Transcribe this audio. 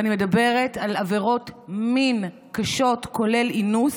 ואני מדברת על עבירות מין קשות, כולל אינוס,